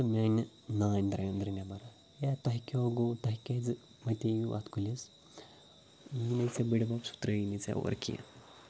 تہٕ میٲنۍ نانۍ درٛاے أندرٕ نٮ۪بَر ہیا تۄہہِ کِہوو گوٚووُ تۄہہِ کیازِ مَتییٚوُ اَتھ کُلِس ییٖنٕے ژےٚ بٕڈۍبَب سُہ ترٛایی نہٕ ژےٚ اورٕ کیٚنٛہہ